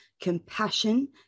compassion